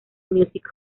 music